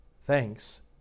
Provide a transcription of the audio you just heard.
Thanks